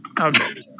Okay